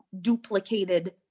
duplicated